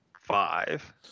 five